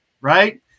right